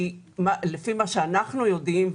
לפי מה שאנחנו יודעים,